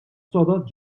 sodod